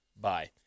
Bye